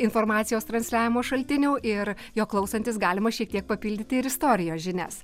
informacijos transliavimo šaltinių ir jo klausantis galima šiek tiek papildyti ir istorijos žinias